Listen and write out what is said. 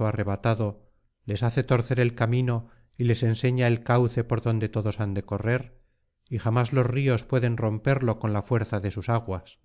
arrebatado les hace torcer el camino y les señala el cauce por donde todos han de correr y jamás los ríos pueden romperlo con la fuerza de sus aguas